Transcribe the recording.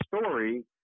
story